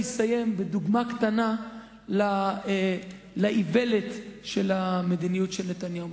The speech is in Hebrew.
לסיים בדוגמה קטנה לאיוולת של המדיניות של נתניהו.